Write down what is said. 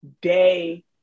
day